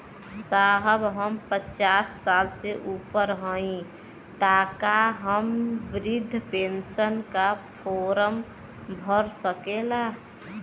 साहब हम पचास साल से ऊपर हई ताका हम बृध पेंसन का फोरम भर सकेला?